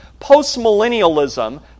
postmillennialism